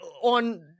on